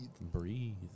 Breathe